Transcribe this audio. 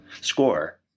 score